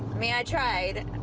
mean, i tried.